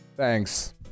Thanks